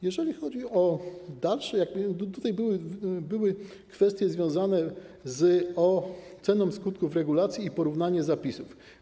Jeżeli chodzi o dalsze kwestie, to tutaj były kwestie związane z oceną skutków regulacji i porównaniem zapisów.